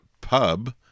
pub